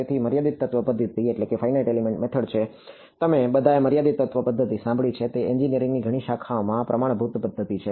તેથી મર્યાદિત તત્વ પદ્ધતિ છે તમે બધાએ મર્યાદિત તત્વ પદ્ધતિ સાંભળી છે તે એન્જિનિયરિંગની ઘણી શાખાઓમાં પ્રમાણભૂત પદ્ધતિ છે